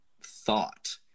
thought